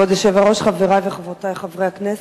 כבוד היושב-ראש, חברי וחברותי חברי הכנסת,